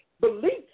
beliefs